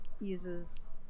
uses